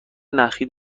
نخی